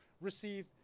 receive